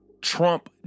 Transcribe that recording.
Trump